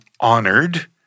honored